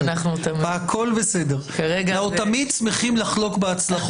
דווקא בגלל שדיברת על האיזון בין יעילות